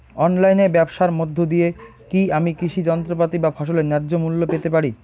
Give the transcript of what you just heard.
অনলাইনে ব্যাবসার মধ্য দিয়ে কী আমি কৃষি যন্ত্রপাতি বা ফসলের ন্যায্য মূল্য পেতে পারি?